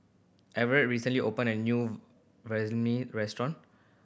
Everet recently opened a new Vermicelli restaurant